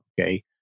Okay